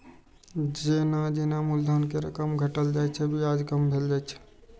जेना जेना मूलधन के रकम घटल जाइ छै, ब्याज कम भेल जाइ छै